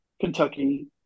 Kentucky